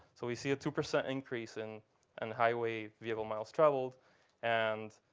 so we see a two percent increase in and highway vehicle miles traveled and